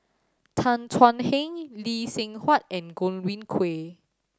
Tan Thuan Heng Lee Seng Huat and Godwin Koay